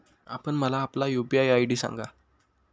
आपण मला आपला यू.पी.आय आय.डी सांगा